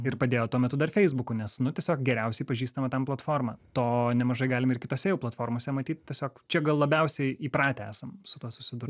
ir padėjo tuo metu dar feisbuku nes nu tiesiog geriausiai pažįstama ten platforma to nemažai galim ir kitose jau platformose matyt tiesiog čia gal labiausiai įpratę esam su tuo susidurt